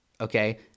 Okay